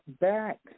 back